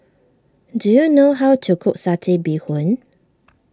do you know how to cook Satay Bee Hoon